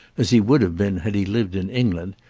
as he would have been had he lived in england,